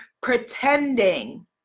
pretending